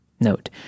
Note